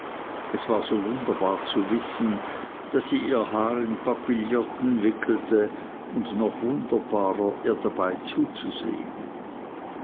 es war so wunderbar zu wissen daß sie ihr haar in papilloten wickelte und noch wunderbarer ihr dabei zuzusehen